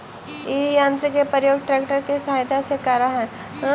इ यन्त्र के प्रयोग ट्रेक्टर के सहायता से करऽ हई